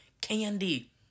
candy